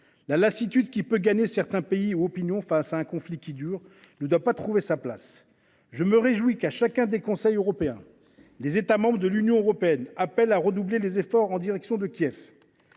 La lassitude qui peut gagner certains pays ou certaines opinions face à un conflit qui dure ne doit pas trouver sa place. Je me réjouis qu’à chaque Conseil européen les États membres de l’Union européenne appellent à redoubler les efforts en direction de Kiev.